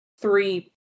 three